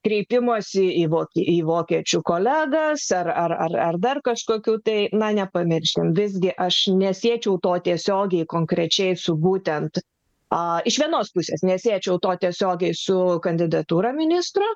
kreipimosi į vokietiją į vokiečių kolegas ar ar ar dar kažkokių tai na nepamiršime visgi aš nesiečiau to tiesiogiai konkrečiai su būtent iš vienos pusės nesiečiau to tiesiogiai su kandidatūra ministro